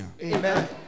Amen